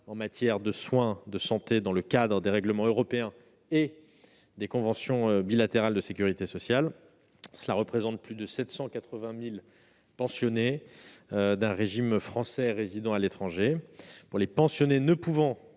en matière de soins de santé dans le cadre des règlements européens et des conventions bilatérales de sécurité sociale. Cela représente plus de 780 000 pensionnés d'un régime français résidant à l'étranger. Pour les pensionnés ne pouvant